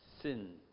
Sin